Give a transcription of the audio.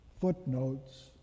footnotes